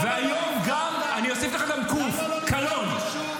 -- והיום אני אוסיף לך גם קו"ף, קלון.